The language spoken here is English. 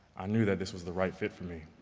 i knew that this was the right fit for me.